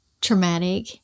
Traumatic